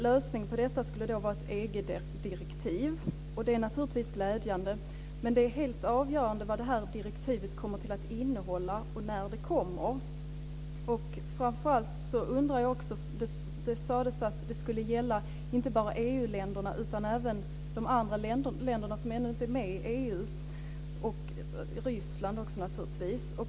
Lösningen på detta skulle vara ett EG-direktiv. Det är naturligtvis glädjande, men det är helt avgörande vad direktivet kommer att innehålla och vid vilken tidpunkt det kommer. Det sades att EG-direktivet skulle gälla, inte bara EU-länderna utan även de länder som ännu inte är med i EU och Ryssland.